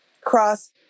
cross